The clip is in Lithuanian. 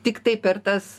tiktai per tas